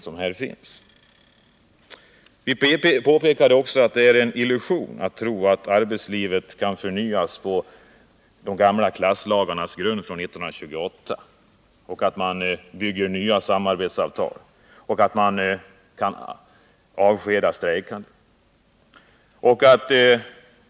Vpk påpekade också att det är en illusion att tro att arbetslivet kan förnyas med de gamla klasslagarna från 1928 som grund, genom nya samarbetsavtal och genom anvisningar att man kan avskeda strejkande.